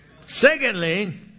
Secondly